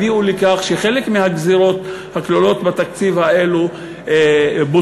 הביאה לכך שחלק מהגזירות הכלולות בתקציב הזה בוטלו.